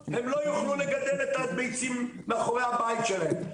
הם לא יוכלו לגדל את הביצים מאחורי הבית שלהם,